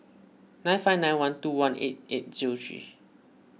nine five nine one two one eight eight O three